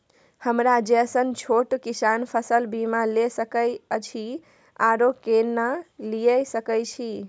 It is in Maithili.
हमरा जैसन छोट किसान फसल बीमा ले सके अछि आरो केना लिए सके छी?